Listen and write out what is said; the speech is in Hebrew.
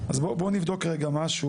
אז בואו נבדוק רגע משהו.